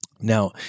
Now